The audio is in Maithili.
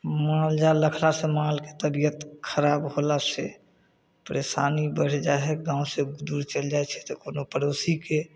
मालजाल रखलासँ मालके तबिअत खराब होलासँ परेशानी बढ़ि जाइ हइ गामसँ दूर चलि जाइ छै तऽ कोनो पड़ोसीके